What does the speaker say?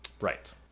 Right